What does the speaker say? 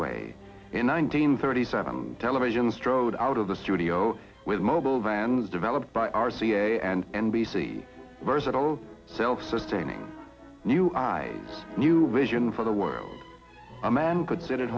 way in nineteen thirty seven television strode out of the studio with mobile vans developed by r c a and n b c versatile self sustaining new eyes new wigan for the world a man could sit at